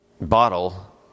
bottle